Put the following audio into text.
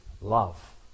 love